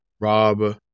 rob